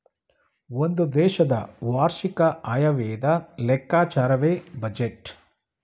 ಒಂದು ದೇಶದ ವಾರ್ಷಿಕ ಆಯವ್ಯಯದ ಲೆಕ್ಕಾಚಾರವೇ ಬಜೆಟ್